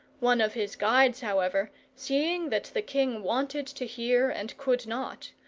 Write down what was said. one of his guides, however, seeing that the king wanted to hear and could not,